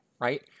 right